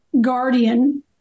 guardian